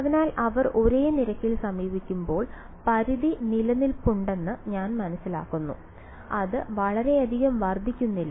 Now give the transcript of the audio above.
അതിനാൽ അവർ ഒരേ നിരക്കിൽ സമീപിക്കുമ്പോൾ പരിധി നിലവിലുണ്ടെന്ന് ഞാൻ മനസ്സിലാക്കുന്നു അത് വളരെയധികം വർദ്ധിക്കുന്നില്ല